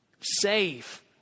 save